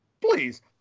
Please